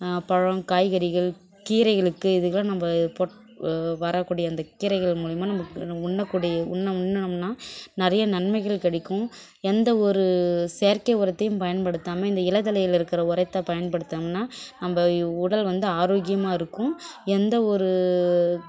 பழம் காய்கறிகள் கீரைகளுக்கு இதுக்கெல்லாம் நம்ம போட்டு வரக்கூடிய அந்த கீரைகள் மூலிமா நம்ம நம்ம உண்ணக்கூடிய உண்ண உண்ணுனோம்னா நிறையா நன்மைகள் கிடைக்கும் எந்தவொரு செயற்கை உரத்தையும் பயன்படுத்தாமல் இந்த இலை தழையில் இருக்கற உரத்தை பயன்படுத்தினோம்னா நம்ம உடல் வந்து ஆரோக்கியமாக இருக்கும் எந்தவொரு